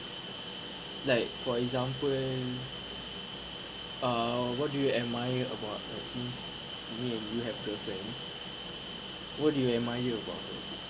like for example ah what do you admire about there was this me and you have girlfriend what do you admire about